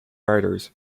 writers